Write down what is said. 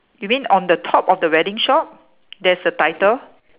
you mean on the top of the wedding shop there's a title